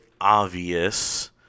obvious